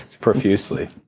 Profusely